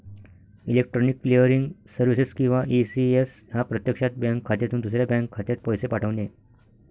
electronic clearing services किंवा ECS हा प्रत्यक्षात बँक खात्यातून दुसऱ्या बँक खात्यात पैसे पाठवणे